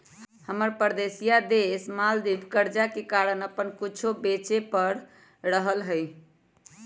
हमर परोसिया देश मालदीव कर्जा के कारण अप्पन कुछो बेचे पड़ रहल हइ